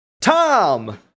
Tom